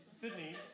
Sydney